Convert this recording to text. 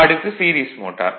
அடுத்து series motor